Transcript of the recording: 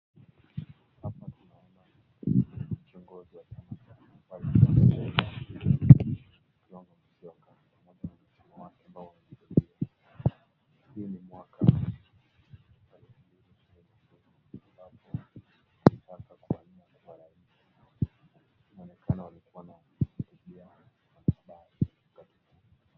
Hapa tunaona kiongozi wa chama cha upinzani, akiwa amesimama juu ya gari pamoja na mke wake ambao wamevalia sare. Hii ni mwaka wa 2022, alipokuwa anawania urais. Inaonekana walikuwa wanapigia kampeni.